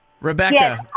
Rebecca